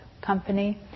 company